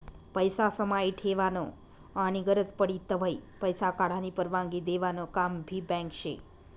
पैसा समाई ठेवानं आनी गरज पडी तव्हय पैसा काढानी परवानगी देवानं काम भी बँक शे